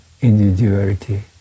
individuality